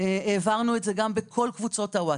העברנו את זה גם בכל קבוצות הווטסאפ,